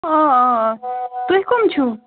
آ آ آ تُہۍ کَم چھُو